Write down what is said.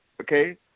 okay